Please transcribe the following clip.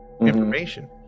information